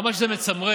כמה שזה מצמרר,